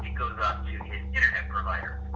to his internet provider.